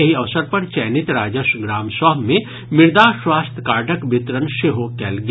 एहि अवसर पर चयनित राजस्व ग्राम सभ मे मृदा स्वास्थ्य कार्डक वितरण सेहो कयल गेल